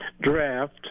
draft